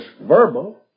verbal